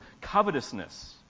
covetousness